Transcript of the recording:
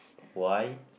why